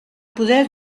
poder